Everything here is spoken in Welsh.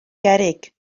gerrig